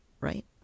right